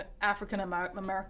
African-American